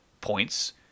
points